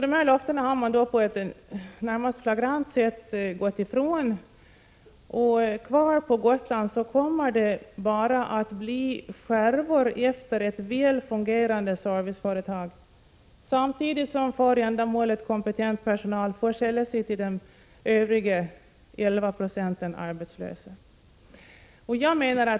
Dessa löften har man på ett närmast flagrant sätt frångått. Kvar på Gotland kommer det bara att bli skärvor efter ett väl fungerande serviceföretag, samtidigt som för ändamålet kompetent personal får sälla sig till de övriga 11 26 arbetslösa på Gotland.